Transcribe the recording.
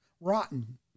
rotten